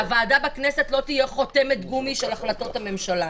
בכנסת לא תהיה חותמת גומי של החלטות הממשלה.